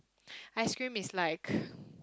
ice-cream is like